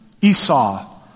Esau